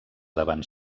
davant